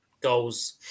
goals